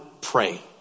pray